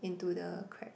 into the crab